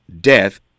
death